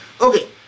okay